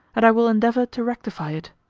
and i will endeavour to rectify it.